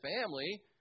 family